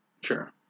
Sure